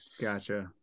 gotcha